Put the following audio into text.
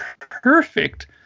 perfect